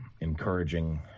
encouraging